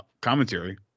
commentary